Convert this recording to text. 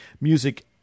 music